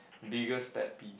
biggest pet peeve